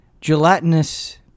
gelatinous